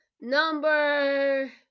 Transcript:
Number